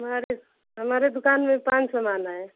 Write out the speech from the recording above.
हमारे हमारे दुकान में पाँच सौ माल आए